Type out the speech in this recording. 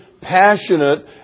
passionate